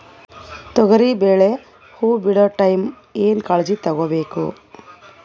ತೊಗರಿಬೇಳೆ ಹೊವ ಬಿಡ ಟೈಮ್ ಏನ ಕಾಳಜಿ ತಗೋಬೇಕು?